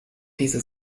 diese